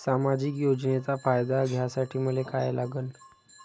सामाजिक योजनेचा फायदा घ्यासाठी मले काय लागन?